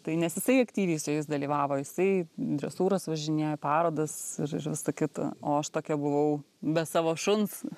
tai nes jisai aktyviai su jais dalyvavo jisai į dresūras važinėjo parodas ir ir visa kita o aš tokia buvau be savo šuns